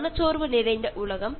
മൌനവും വിഷാദവും കലർന്ന ലോകം